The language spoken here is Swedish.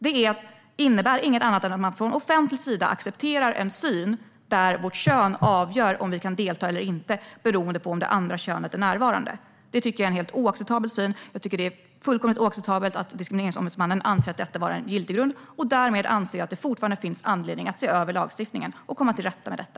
Det innebär inget annat än att man från offentlig sida accepterar en syn där vårt kön avgör om vi kan delta eller inte beroende på om det andra könet är närvarande. Det är en helt oacceptabel syn. Det är fullkomligt oacceptabelt att Diskrimineringsombudsmannen anser detta vara en giltig grund. Därmed anser jag att det fortfarande finns anledning att se över lagstiftningen och komma till rätta med detta.